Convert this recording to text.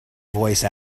voice